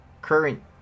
current